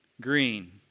green